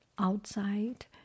Outside